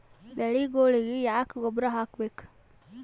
ಬೆಳಿಗೊಳಿಗಿ ಯಾಕ ಗೊಬ್ಬರ ಹಾಕಬೇಕು?